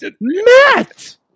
Matt